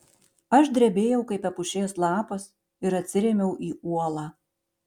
aš drebėjau kaip epušės lapas ir atsirėmiau į uolą